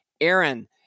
Aaron